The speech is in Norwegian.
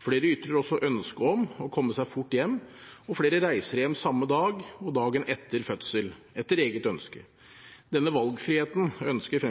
Flere ytrer også ønske om å komme seg fort hjem, og flere reiser hjem samme dag og dagen etter fødsel – etter eget ønske. Denne valgfriheten ønsker